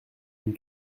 une